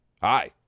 hi